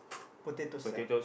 potato sack